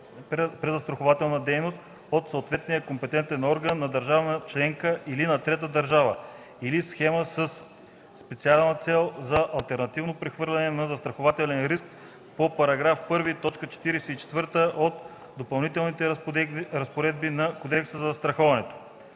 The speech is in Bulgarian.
презастрахователна дейност от съответния компетентен орган на държава членка или на трета държава, или схема със специална цел за алтернативно прехвърляне на застрахователен риск по § 1, т. 44 от Допълнителните разпоредби на Кодекса за застраховането.”;